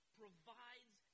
provides